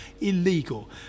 illegal